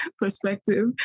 perspective